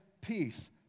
peace